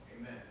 Amen